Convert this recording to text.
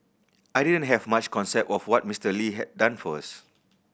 I didn't have much concept of what Mister Lee had done for us